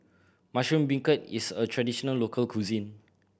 mushroom beancurd is a traditional local cuisine